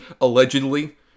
allegedly